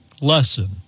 lesson